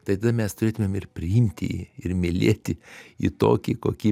tai tada mes turėtumėm ir priimti jį ir mylėti jį tokį kokį